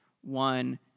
One